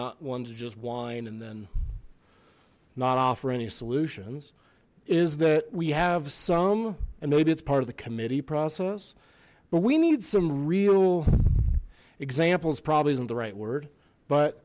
not one to just whine and then not offer any solutions is that we have some and maybe it's part of the committee process but we need some real examples probably isn't the right word but